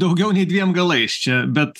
daugiau nei dviem galais čia bet